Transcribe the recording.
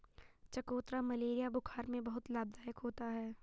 चकोतरा मलेरिया बुखार में बहुत लाभदायक होता है